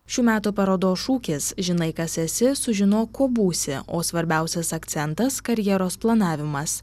šių metų parodos šūkis žinai kas esi sužinok kuo būsi o svarbiausias akcentas karjeros planavimas